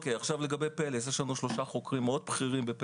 יש לנו שלושה חוקרים בכירים מאוד ביחידת